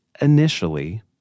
initially